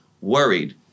worried